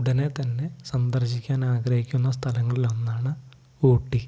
ഉടനെ തന്നെ സന്ദർശിക്കാൻ ആഗ്രഹിക്കുന്ന സ്ഥലങ്ങളിലൊന്നാണ് ഊട്ടി